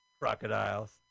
Crocodiles